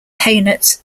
hainaut